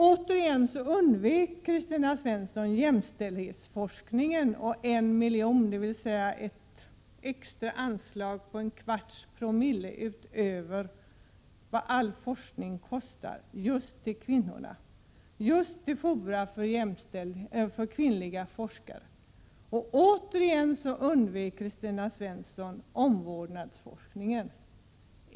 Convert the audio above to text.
Återigen undvek Kristina Svensson att gå in på jämställdhetsforskningen och förslaget om 1 milj.kr. även här, dvs. ett extra anslag med 1/4Xo utöver vad all forskning kostar, just till fora för kvinnliga forskare. Hon undvek också omvårdnadsforskningen.